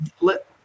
let